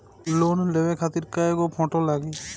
Loan लेवे खातिर कै गो फोटो लागी?